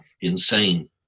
insane